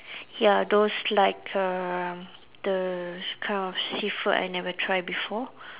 ya those like err the kind of seafood I never try before